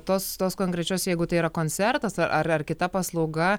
tos tos konkrečios jeigu tai yra koncertas ar ar kita paslauga